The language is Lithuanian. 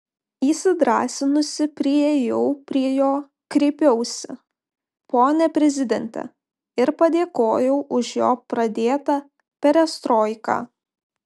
įsidrąsinusi priėjau prie jo kreipiausi pone prezidente ir padėkojau už jo pradėtą perestroiką